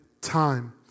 time